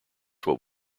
what